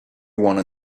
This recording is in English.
wanna